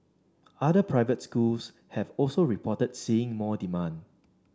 other private schools have also reported seeing more demand